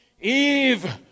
Eve